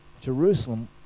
Jerusalem